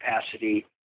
capacity